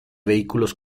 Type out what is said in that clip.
vehículos